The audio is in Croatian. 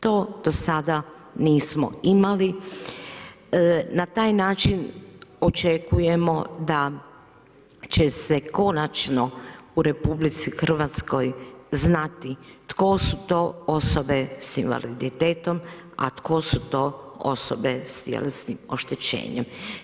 To do sada nismo imali, na taj način očekujemo da će se konačno, u RH znati tko su to osobe s invaliditetom, a tko su to osobe s tjelesnim oštećenjem.